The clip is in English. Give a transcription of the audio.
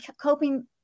coping